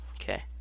Okay